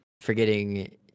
forgetting